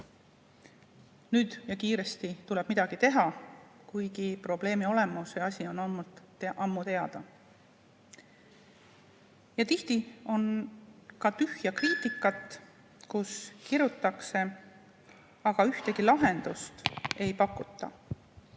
Nüüd ja kiiresti tuleb midagi teha, kuigi probleemi olemus ja asi on ammu teada. Ja tihti on ka tühja kriitikat, kui kirutakse, aga ühtegi lahendust ei pakuta.